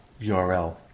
URL